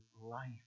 life